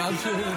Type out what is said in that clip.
אתם כישלון מטורף,